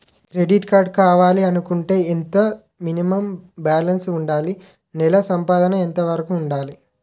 Credit card కావాలి అనుకుంటే ఎంత మినిమం బాలన్స్ వుందాలి? నెల సంపాదన ఎంతవరకు వుండాలి?